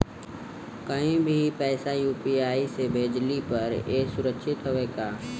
कहि भी पैसा यू.पी.आई से भेजली पर ए सुरक्षित हवे का?